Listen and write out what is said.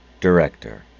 director